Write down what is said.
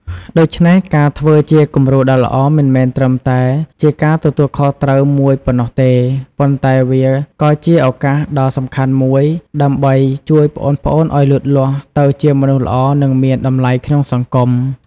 ដូច្នេះ ការធ្វើជាគំរូដ៏ល្អ មិនមែនត្រឹមតែជាការទទួលខុសត្រូវមួយប៉ុណ្ណោះទេ ប៉ុន្តែវាក៏ជា ឱកាសដ៏សំខាន់មួយ ដើម្បីជួយប្អូនៗឱ្យលូតលាស់ទៅជាមនុស្សល្អ និងមានតម្លៃក្នុងសង្គម ។